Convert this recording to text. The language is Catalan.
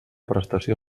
prestació